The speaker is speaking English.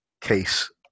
case